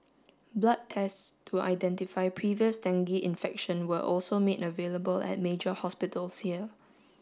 blood tests to identify previous dengue infection were also made available at major hospitals here